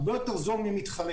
הרבה יותר זול ממתחרים.